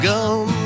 Gum